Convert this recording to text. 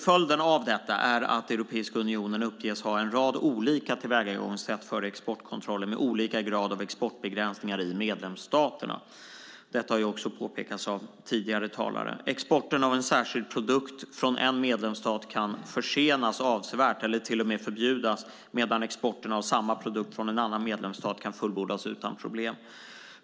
Följden av detta är att Europeiska unionen uppges ha en rad olika tillvägagångssätt för exportkontroller med olika grad av exportbegränsningar i medlemsstaterna. Detta har också påpekats av tidigare talare. Exporten av en särskild produkt från en medlemsstat kan försenas avsevärt eller till och med förbjudas, medan exporten av samma produkt från en annan medlemsstat kan fullbordas utan problem.